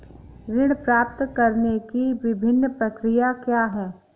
ऋण प्राप्त करने की विभिन्न प्रक्रिया क्या हैं?